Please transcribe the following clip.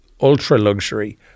ultra-luxury